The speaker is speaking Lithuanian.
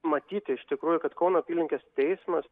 matyt iš tikrųjų kad kauno apylinkės teismas